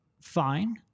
fine